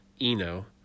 eno